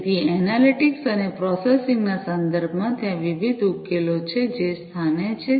તેથી એનાલિટિક્સ અને પ્રોસેસિંગ ના સંદર્ભમાં ત્યાં વિવિધ ઉકેલો છે જે સ્થાને છે